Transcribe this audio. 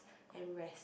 and rest